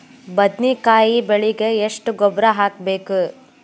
ಬದ್ನಿಕಾಯಿ ಬೆಳಿಗೆ ಎಷ್ಟ ಗೊಬ್ಬರ ಹಾಕ್ಬೇಕು?